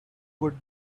would